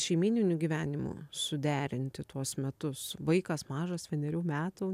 šeimyniniu gyvenimu suderinti tuos metus vaikas mažas vienerių metų